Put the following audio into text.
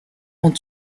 ont